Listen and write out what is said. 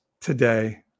today